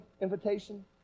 invitation